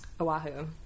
oahu